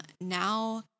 now